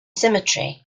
symmetry